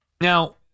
Now